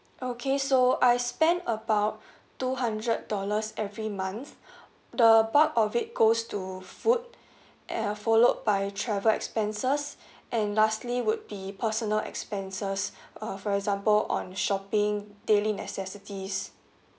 okay so I spent about two hundred dollars every month the above of it goes to food and followed by travel expenses and lastly would be personal expenses uh for example on shopping daily necessities